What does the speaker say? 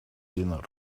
dinner